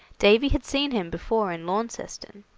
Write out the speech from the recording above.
davy had seen him before in launceston.